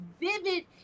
vivid